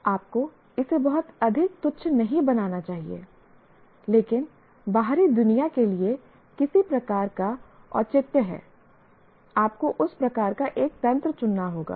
आपको इसे बहुत अधिक तुच्छ नहीं बनाना चाहिए लेकिन बाहरी दुनिया के लिए किसी प्रकार का औचित्य है आपको उस प्रकार का एक तंत्र चुनना होगा